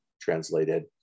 translated